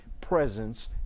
presence